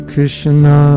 Krishna